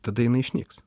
tada jinai išnyks